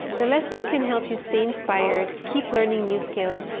the lessons can help you stay inspired, keep learning new skills,